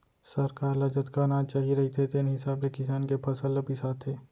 सरकार ल जतका अनाज चाही रहिथे तेन हिसाब ले किसान के फसल ल बिसाथे